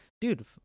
Dude